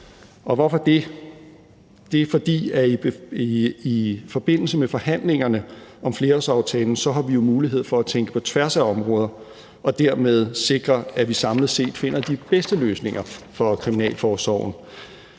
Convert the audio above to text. hvorfor det? Det er, fordi der i forbindelse med forhandlingerne om flerårsaftalen er mulighed for, at vi tænker på tværs af områder og dermed sikrer, at vi samlet set finder de bedste løsninger for kriminalforsorgen.